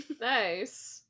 nice